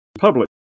public